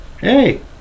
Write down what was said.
hey